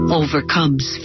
overcomes